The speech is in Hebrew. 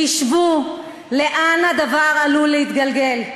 חשבו לאן הדבר עלול להתגלגל,